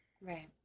right